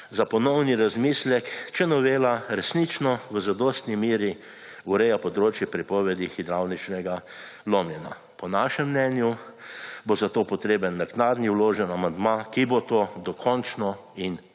za ponovni razmislek, če novela resnično v zadostni meri ureja področje prepovedi hidravličnega lomljenja. Po našem mnenju bo za to potreben naknadni vložen amandma, ki bo to dokončno in nedvoumno